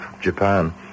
Japan